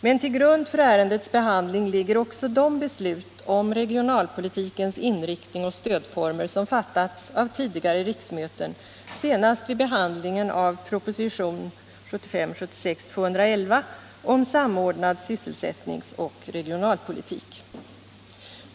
Men till grund för ärendets behandling ligger också de beslut om regionalpolitikens inriktning och stödformer som fattats av tidigare riksmöten, senast vid behandlingen av proposition 1975/76:211 om samordnad sysselsättningsoch regionalpolitik.